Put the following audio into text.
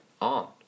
on